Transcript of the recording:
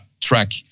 track